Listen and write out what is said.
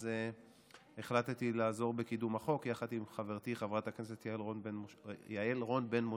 אז החלטתי לעזור בקידום החוק יחד עם חברתי חברת הכנסת יעל רון בן משה.